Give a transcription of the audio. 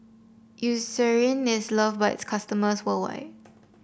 Eucerin is loved by its customers worldwide